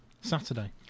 Saturday